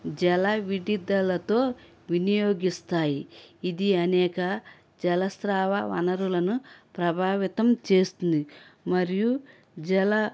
జలవిడిదిలతో వినియోగిస్తాయి ఇది అనేక జలస్రావ వనరులను ప్రభావితం చేస్తుంది మరియు జల